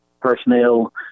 personnel